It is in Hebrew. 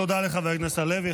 תודה לחבר הכנסת הלוי.